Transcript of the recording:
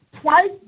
twice